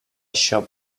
shop